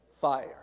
fire